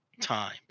time